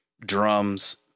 drums